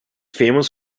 famous